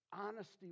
honesty